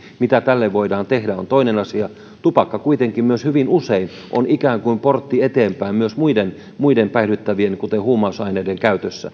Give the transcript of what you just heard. mitä tälle voidaan tehdä se on toinen asia tupakka kuitenkin on hyvin usein myös ikään kuin portti eteenpäin myös muiden muiden päihdyttävien aineiden kuten huumausaineiden